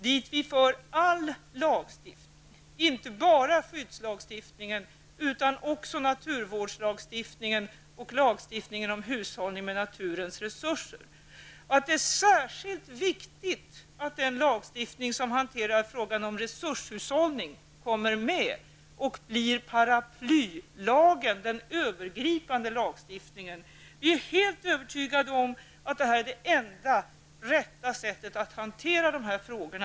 Det gäller alltså inte bara skyddslagstiftning utan också naturvårdslagstiftning och lagstiftning om hushållning med naturens resurser. Det är särskilt viktigt att den lagstiftning som hanterar frågan om resurshushållning kommer med och blir en paraplylag, dvs. en övergripande lag. Vi är helt övertygade om att detta är det enda och rätta sättet att hantera dessa frågor.